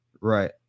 Right